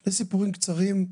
שני סיפורים אישיים קצרים: